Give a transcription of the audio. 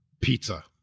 pizza